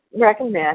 recommend